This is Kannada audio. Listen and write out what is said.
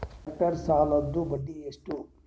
ಟ್ಟ್ರ್ಯಾಕ್ಟರ್ ಸಾಲದ್ದ ಬಡ್ಡಿ ಎಷ್ಟ?